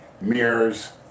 Mirrors